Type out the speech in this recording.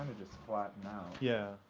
just flatten out. yeah.